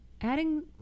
adding